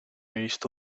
visto